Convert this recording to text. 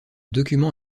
document